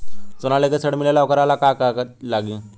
सोना लेके ऋण मिलेला वोकरा ला का कागज लागी?